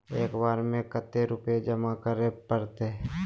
एक बार में कते रुपया जमा करे परते?